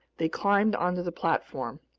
they climbed onto the platform.